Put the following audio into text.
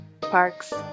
parks